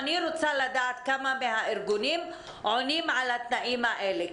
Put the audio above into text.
אני רוצה לדעת כמה מהארגונים עונים על התנאים האלה.